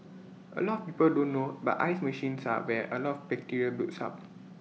A lot of people don't know but ice machines are where A lot of bacteria builds up